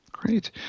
Great